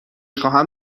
خواهم